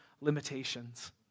limitations